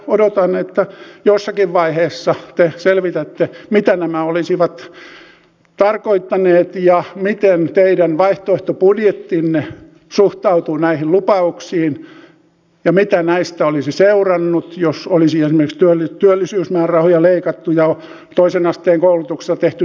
odotan että jossakin vaiheessa te selvitätte mitä nämä olisivat tarkoittaneet ja miten teidän vaihtoehtobudjettinne suhtautuu näihin lupauksiin ja mitä näistä olisi seurannut jos olisi esimerkiksi työllisyysmäärärahoja leikattu ja toisen asteen koulutuksesta tehty näin raju leikkaus